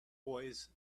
boys